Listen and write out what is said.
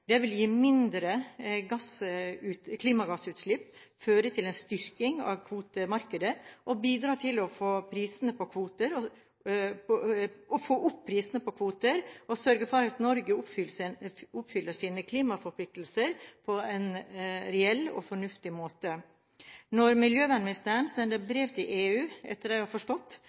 Det vil gi mindre klimagassutslipp, føre til en styrking av kvotemarkedet, bidra til å få opp prisen på kvoter og sørge for at Norge oppfyller sine klimaforpliktelser på en reell og fornuftig måte. Når miljøvernministeren sender brev til EU – etter det jeg har forstått